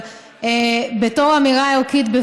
אבל בתור אמירה ערכית,